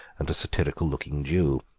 and a satirical-looking jew.